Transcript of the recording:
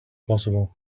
possible